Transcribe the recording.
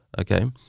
Okay